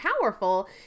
powerful